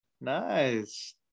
Nice